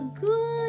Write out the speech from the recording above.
good